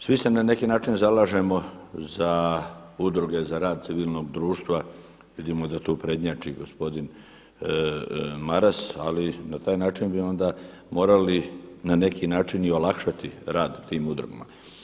Svi se na neki način zalažemo za udruge za rad civilnog društva, vidimo da tu prednjači gospodin Maras, ali na taj način bi onda morali na neki način i olakšati rad tim udrugama.